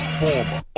former